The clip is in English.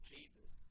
Jesus